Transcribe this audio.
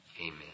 Amen